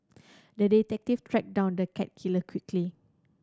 the detective tracked down the cat killer quickly